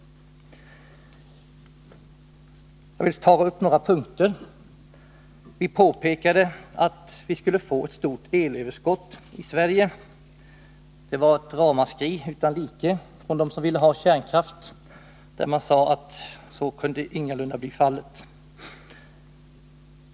Jag vill belysa detta med några exempel. Vi påpekade att vi skulle få ett stort elöverskott i Sverige. Det utlöste ett ramaskri utan like från dem som ville ha kärnkraft. De sade att detta ingalunda kunde bli fallet.